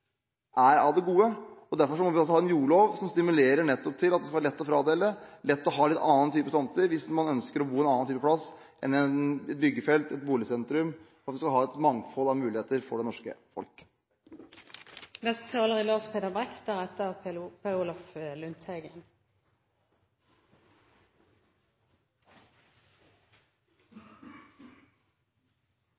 er av det gode. Derfor må vi også ha en jordlov som stimulerer til at det skal bli lett å fradele, lett å få en annen type tomt hvis man ønsker å bo et annet sted enn på et byggefelt eller i et boligsentrum – at man har et mangfold av muligheter for det norske folk. Jeg tenkte jeg skulle ta ordet i denne saken, jeg også. Jeg er